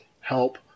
help